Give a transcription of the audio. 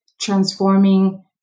transforming